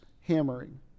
hammering